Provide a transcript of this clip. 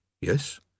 Yes